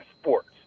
sports